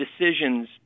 decisions